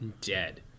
dead